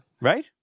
Right